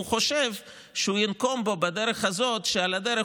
הוא חושב שהוא ינקום בו בדרך הזו שעל הדרך